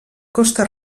costa